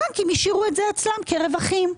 הבנקים השאירו את זה אצלם כרווחים.